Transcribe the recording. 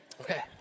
Okay